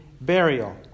burial